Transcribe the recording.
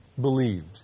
believed